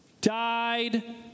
died